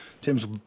Tim's